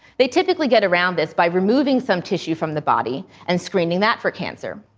they typically get around this by removing some tissue from the body and screening that for cancer.